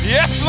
Yes